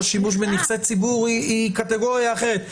שימוש בנכסי ציבור היא קטגוריה אחרת.